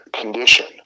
condition